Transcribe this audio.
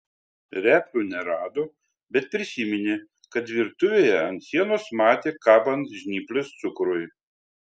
replių nerado bet prisiminė kad virtuvėje ant sienos matė kabant žnyples cukrui